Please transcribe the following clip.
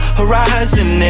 horizon